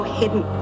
hidden